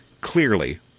clearly